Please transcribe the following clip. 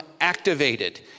activated